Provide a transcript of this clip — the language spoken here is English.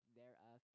thereof